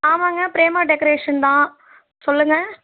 ஆமாங்க பிரேமா டெக்கரேஷன் தான் சொல்லுங்க